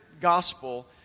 gospel